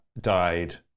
died